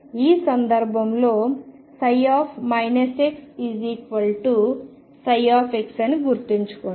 ఈ సందర్భంలో xψ అని గుర్తుంచుకోండి